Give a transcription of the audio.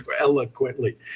eloquently